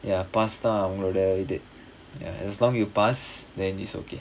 ya pass தா அவங்களோட இது:thaa avangaloda ithu as long you pass then is okay